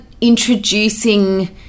introducing